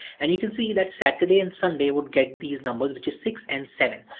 and you can see that saturday and sunday would get these numbers, which is six and seven.